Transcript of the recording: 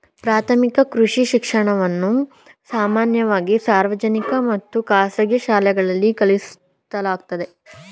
ಪ್ರಾಥಮಿಕ ಕೃಷಿ ಶಿಕ್ಷಣವನ್ನ ಸಾಮಾನ್ಯವಾಗಿ ಸಾರ್ವಜನಿಕ ಮತ್ತು ಖಾಸಗಿ ಶಾಲೆಗಳಲ್ಲಿ ಕಲಿಸಲಾಗ್ತದೆ